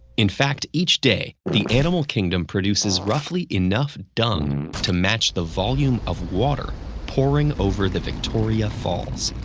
in fact, each day, the animal kingdom produces roughly enough dung to match the volume of water pouring over the victoria falls.